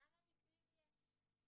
כמה מקרים יש.